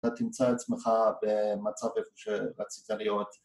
‫אתה תמצא עצמך במצב איפה ‫שרצית להיות.